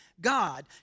God